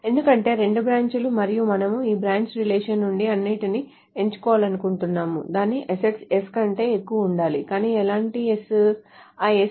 ఎందుకంటే రెండూ బ్రాంచ్ లు మరియు మనము ఈ బ్రాంచ్ రిలేషన్ నుండి అన్నింటినీ ఎంచుకోవాలనుకుంటున్నాము దాని అసెట్స్ S కంటే ఎక్కువగా ఉండాలి కానీ ఎలాంటి S